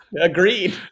Agreed